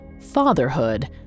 fatherhood